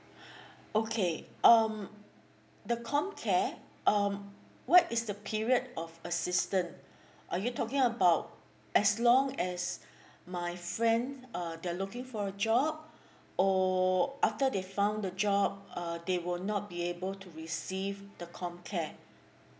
okay um the comcare um what is the period of assistance are you talking about as long as my friend uh they are looking for a job or after they found the job uh they will not be able to receive the comcare